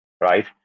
right